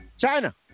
China